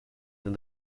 than